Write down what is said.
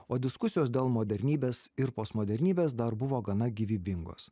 o diskusijos dėl modernybės ir postmodernybės dar buvo gana gyvybingos